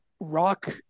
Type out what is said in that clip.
rock